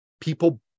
people